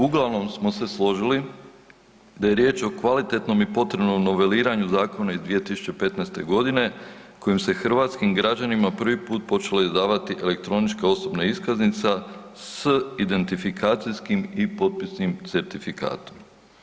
Uglavnom smo se složili da je riječ o kvalitetnom i potrebnom noveliranju zakona iz 2015.g. kojim se hrvatskim građanima prvi put počela izdavati elektronička osobna iskaznica s identifikacijskim i potpisnim certifikatom.